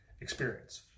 experience